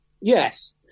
Yes